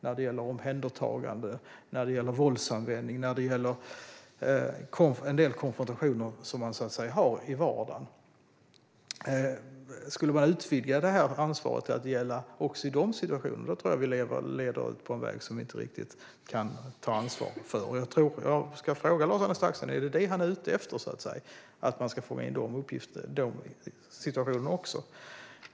Det kan gälla omhändertagande, våldsanvändning och olika konfrontationer. Skulle vi helt gå tillbaka till den tidigare ordningen och utvidga det här ansvaret till att gälla även i de situationerna tror jag att det skulle leda ut på en väg som vi inte riktigt kan ta ansvar för. Är det detta Lars-Arne Staxäng är ute efter, att man ska fånga in de situationerna också?